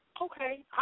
Okay